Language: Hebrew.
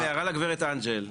כן, הערה לגברת אנג'ל.